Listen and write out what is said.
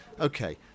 Okay